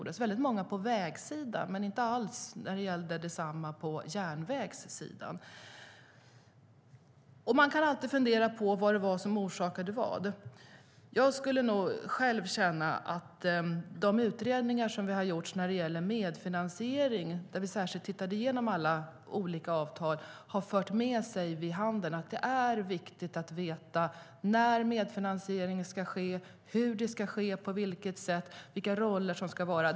Det var många på vägsidan men inte alls lika många när det gällde järnvägen. Vi kan alltid fundera på vad som orsakade vad. De utredningar som har gjorts vad gäller medfinansiering, där vi särskilt tittat igenom alla olika avtal, har visat att det är viktigt att veta när och hur medfinansiering ska ske och vilka roller som ska vara.